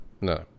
no